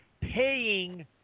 paying